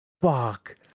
Fuck